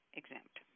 exempt